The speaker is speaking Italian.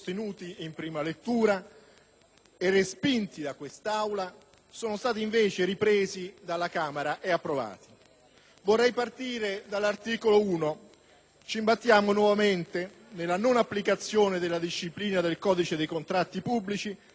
e respinti dall'Assemblea sono stati invece ripresi dalla Camera e approvati. Vorrei partire dall'articolo 1. Ci imbattiamo nuovamente nella non applicazione della disciplina del codice dei contratti pubblici per associazioni e fondazioni.